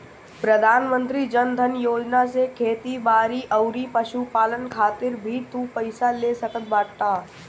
प्रधानमंत्री जन धन योजना से खेती बारी अउरी पशुपालन खातिर भी तू पईसा ले सकत बाटअ